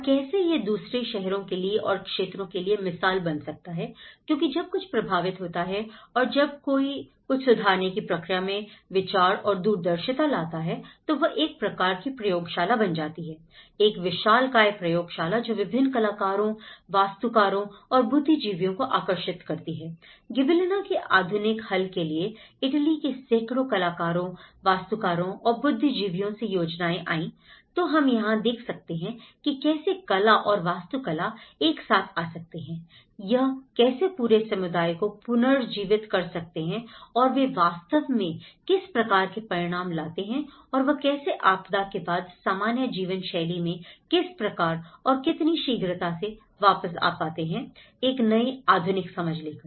और कैसे यह दूसरे शहरों के लिए और क्षेत्रों के लिए मिसाल बन सकता है क्योंकि जब कुछ प्रभावित होता है और जब कोई कुछ सुधारने की प्रक्रिया में विचार और दूरदर्शिता लाता है तो वह एक प्रकार की प्रयोगशाला बन जाती है एक विशालकाय प्रयोगशाला जो विभिन्न कलाकारों वास्तु कारों और बुद्धिजीवियों को आकर्षित करती है गिबेलिना की आधुनिक हल के लिए इटली के सैकड़ों कलाकारों वास्तु कारों और बुद्धिजीवियों से योजनाएं आई तो हम यहां देख सकते हैं कि कैसे कला और वास्तुकला एक साथ आ सकते हैं यह कैसे पूरे समुदाय को पुनर्जीवित कर सकते हैं और वे वास्तव में किस प्रकार के परिणाम लाते हैं और वह कैसे आपदा के बाद सामान्य जीवन शैली में किस प्रकार और कितनी शीघ्रता से वापस आ पाते हैं एक नई आधुनिक समझ लेकर